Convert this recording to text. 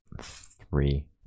three